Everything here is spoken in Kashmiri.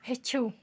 ہیٚچھِو